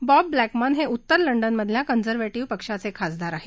Bob Blackman हे उत्तर लंडनमधल्या कंजरव्हेटीव्ह पक्षाचे खासदार आहेत